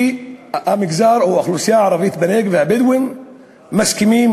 להגיד שהמגזר או האוכלוסייה הערבית בנגב והבדואים מסכימים,